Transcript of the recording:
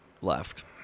left